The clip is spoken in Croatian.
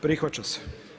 Prihvaća se.